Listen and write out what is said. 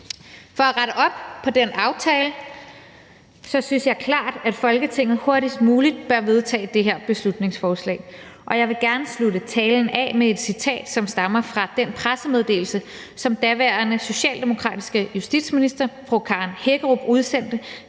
For at rette op på den aftale synes jeg klart at Folketinget hurtigst muligt bør vedtage det her beslutningsforslag, og jeg vil gerne slutte talen af med et citat, som stammer fra den pressemeddelelse, som daværende socialdemokratiske justitsminister fru Karen Hækkerup udsendte,